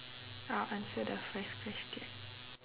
I'll answer the first question